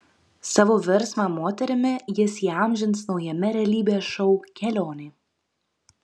savo virsmą moterimi jis įamžins naujame realybės šou kelionė